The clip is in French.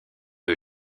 eux